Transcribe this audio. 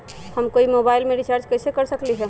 हम कोई मोबाईल में रिचार्ज कईसे कर सकली ह?